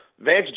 Vance